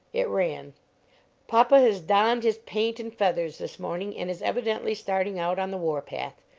it ran papa has donned his paint and feathers this morning and is evidently starting out on the war-path.